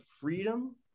freedom